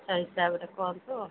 ସେଇ ହିସାବରେ କୁହନ୍ତୁ